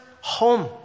home